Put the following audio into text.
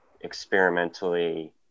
experimentally